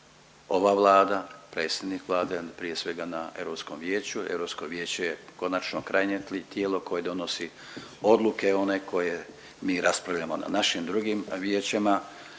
ova Vlada, predsjednik Vlade prije svega na Europskom vijeću. Europsko vijeće je konačno krajnje tijelo koje donosi odluke, one koje mi raspravljamo na našim drugim vijećima